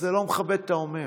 זה לא מכבד את האומר.